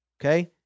Okay